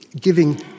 giving